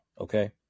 okay